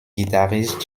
guitariste